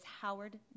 Howard